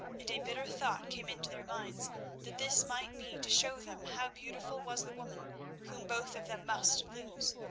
and a bitter thought came into their minds that this might be to show them how beautiful was the woman whom both of them must lose.